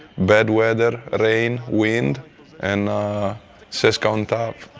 bad weather, rain, wind and cska on top.